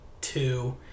two